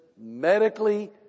medically